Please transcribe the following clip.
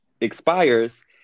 expires